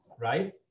right